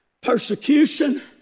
persecution